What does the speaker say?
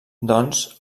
doncs